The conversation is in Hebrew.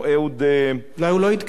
אהוד, אה, אולי הוא לא עדכן.